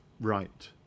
right